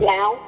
Now